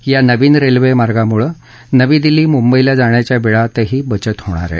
या नवीन रेल्वमार्गामुळे नवी दिल्ली मुंबईला जाणाच्या वेळेतही बचत होणार आहे